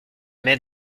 met